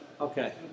Okay